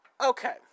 Okay